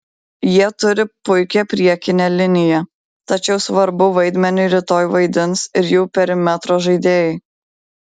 jie turi puikią priekinę liniją tačiau svarbų vaidmenį rytoj vaidins ir jų perimetro žaidėjai